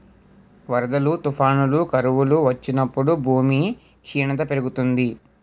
వరదలు, తుఫానులు, కరువులు వచ్చినప్పుడు భూమి క్షీణత పెరుగుతుంది